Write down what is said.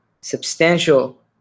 substantial